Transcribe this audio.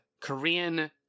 Korean